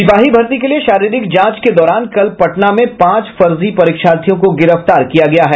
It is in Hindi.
सिपाही भर्ती के लिए शारीरिक जांच के दौरान कल पटना में पांच फर्जी परीक्षार्थियों को गिरफ्तार किया गया है